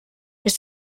ist